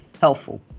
helpful